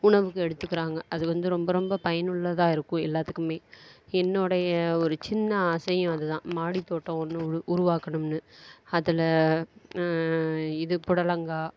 உணவுக்கு எடுத்துக்கிறாங்க அது வந்து ரொம்ப ரொம்ப பயனுள்ளதாக இருக்கும் எல்லாத்துக்குமே என்னுடைய ஒரு சின்ன ஆசையும் அது தான் மாடித்தோட்டம் ஒன்று உருவாக்கணும்னு அதில் இது புடலங்காய்